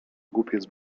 głupiec